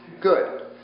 Good